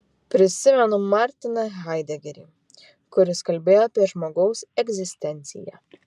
prisimenu martiną haidegerį kuris kalbėjo apie žmogaus egzistenciją